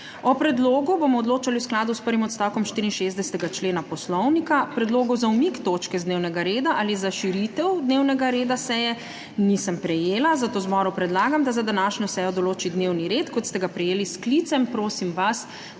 O predlogu bomo odločali v skladu s 1. odstavkom 64. člena Poslovnika. Predlogov za umik točke z dnevnega reda ali za širitev dnevnega reda seje nisem prejela, zato zboru predlagam, da za današnjo sejo določi dnevni red, kot ste ga prejeli s sklicem. Prosim vas,